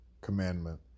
commandment